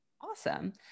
Awesome